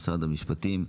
משרד המשפטים,